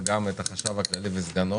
וגם את החשב הכללי וסגנו,